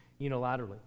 unilaterally